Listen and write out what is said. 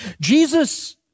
Jesus